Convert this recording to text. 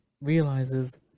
realizes